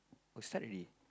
oh start already